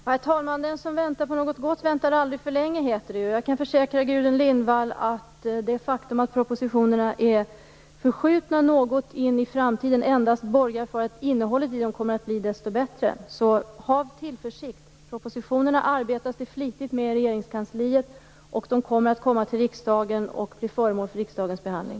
Herr talman! Den som väntar på något gott väntar aldrig för länge, heter det ju. Jag kan försäkra Gudrun Lindvall att det faktum att propositionerna är något förskjutna in i framtiden endast borgar för att innehållet i dem kommer att bli desto bättre. Så ha tillförsikt! Det arbetas flitigt med propositionerna i Regeringskansliet, och de kommer att komma till riksdagen och bli föremål för riksdagens behandling.